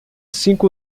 cinco